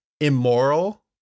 immoral